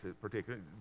particularly